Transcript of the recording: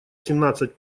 семнадцать